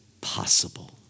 possible